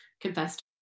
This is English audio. confessed